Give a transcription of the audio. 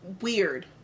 weird